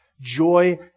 joy